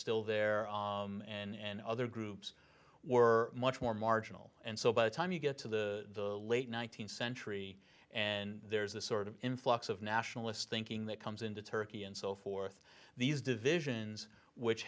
still there and other groups were much more marginal and so by the time you get to the late one nine hundred centuries and there's this sort of influx of nationalist thinking that comes into turkey and so forth these divisions which